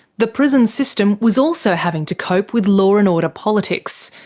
the prison system was also having to cope with law and order politics.